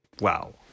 wow